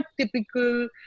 typical